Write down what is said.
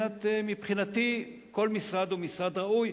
מבחינתי כל משרד הוא משרד ראוי,